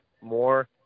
more